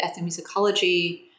ethnomusicology